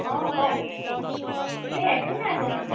অঁ কওঁক এই একো নাই কৰা